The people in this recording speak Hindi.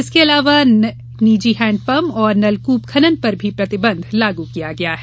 इसके अलावा नये निजी हेडपंप और नलकूप खनन पर भी प्रतिबंध लागू किया गया है